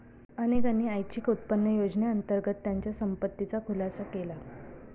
अनेकांनी ऐच्छिक उत्पन्न योजनेअंतर्गत त्यांच्या संपत्तीचा खुलासा केला